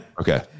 Okay